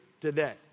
today